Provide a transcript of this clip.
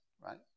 right